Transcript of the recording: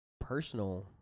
personal